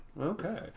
Okay